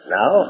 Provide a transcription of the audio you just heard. now